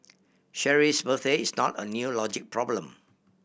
Cheryl's birthday is not a new logic problem